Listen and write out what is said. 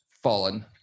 fallen